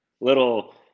little